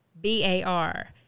B-A-R